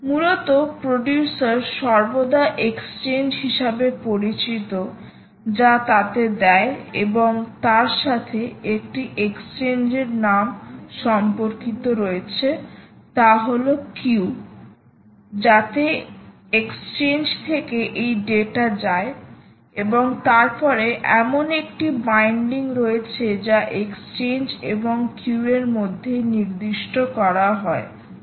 মূলত প্রোডিউসার সর্বদা এক্সচেঞ্জ হিসাবে পরিচিত যা তাতে দেয় এবং তার সাথে একটি এক্সচেঞ্জের নাম সম্পর্কিত রয়েছে তা হল কিউ যাতে এক্সচেঞ্জ থেকে এই ডেটা যায় এবং তারপরে এমন একটি বাইন্ডিং রয়েছে যা এক্সচেঞ্জ এবং কিউ এর মধ্যে নির্দিষ্ট করা হয় যা